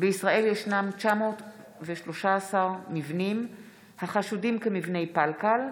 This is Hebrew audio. בנושא: בישראל ישנם 913 מבנים החשודים כמבני פל-קל,